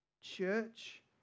Church